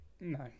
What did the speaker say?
no